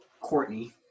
Courtney